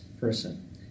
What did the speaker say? person